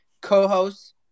co-host